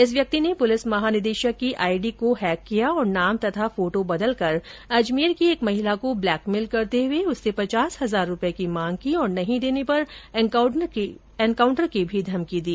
इस व्यक्ति ने पुलिस महानिदेशक की आईडी को हैक किया और नाम तथा फोटो बदलकर अजमेर की एक महिला को ब्लेकमेल करते हए उससे पचास हजार रुपए की मांग की और नहीं देने पर एनकाउंटर की भी धमकी दी